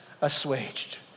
assuaged